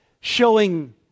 showing